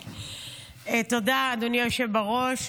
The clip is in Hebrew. תודה, אדוני היושב בראש.